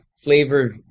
flavored